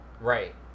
Right